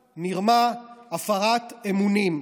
מרמה, הפרת אמונים,